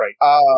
right